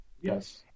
Yes